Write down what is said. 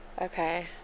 okay